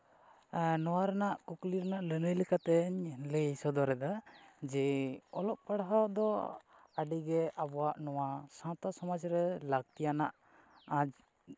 ᱟᱨ ᱱᱚᱣᱟ ᱨᱮᱱᱟᱜ ᱠᱩᱠᱞᱤ ᱨᱮᱱᱟᱜ ᱞᱟᱹᱱᱟᱹᱭ ᱞᱮᱠᱟᱛᱮ ᱞᱟᱹᱭ ᱥᱚᱫᱚᱨ ᱮᱫᱟ ᱡᱮ ᱚᱞᱚᱜ ᱯᱟᱲᱦᱟᱣ ᱫᱚ ᱟᱹᱰᱤᱜᱮ ᱟᱵᱚᱣᱟᱜ ᱱᱚᱣᱟ ᱥᱟᱶᱛᱟ ᱥᱚᱢᱟᱡᱽ ᱨᱮ ᱞᱟᱹᱠᱛᱤᱭᱟᱱᱟᱜ